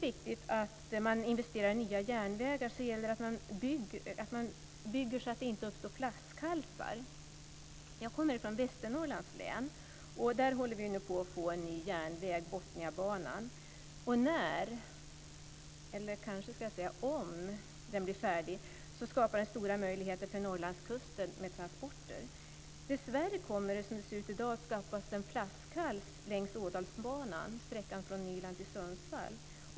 När man investerar i nya järnvägar så gäller det att man bygger så att det inte uppstår flaskhalsar. Jag kommer från Västernorrlands län. Där håller vi på att få en ny järnväg, Botniabanan. När - eller jag kanske ska säga om - den blir färdig skapar det stora möjligheter för Norrlandskusten med transporter. Dessvärre kommer det, som det ser ut i dag, att skapas en flaskhals längs Ådalsbanan, sträckan från Nyland till Sundsvall.